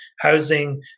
housing